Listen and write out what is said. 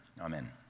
Amen